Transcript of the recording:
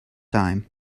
time